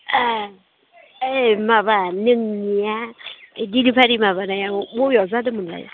ए ओइ माबा नोंनिया डिलिभारि माबानाया बबेयाव जादोंमोनलाय